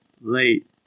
Late